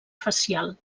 facial